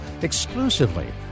exclusively